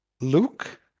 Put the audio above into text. luke